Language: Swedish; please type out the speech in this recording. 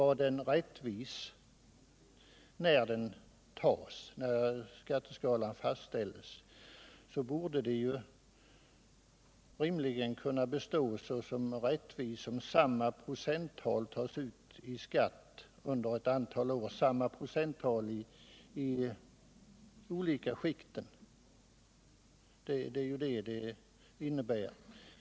Bara skatteskalan är rättvis när den fastställs borde den rimligen kunna bestå såsom rättvis om samma procenttal tas ut i skatt i de olika skikten under ett antal år. Det är vad förslaget innebär.